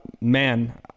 man